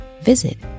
visit